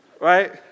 Right